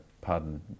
pardon